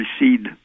recede